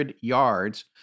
yards